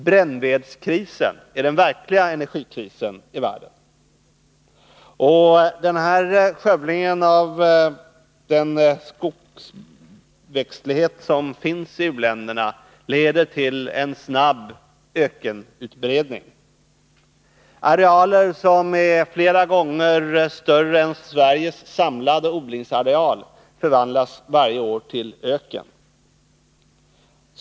Brännvedskrisen är den verkliga energikrisen i världen. Och skövlingen av den skogsväxtlighet som finns i u-länderna leder till en snabb ökenutbredning. Arealer som är flera gånger större än Sveriges samlade odlingsareal förvandlas varje år till öken.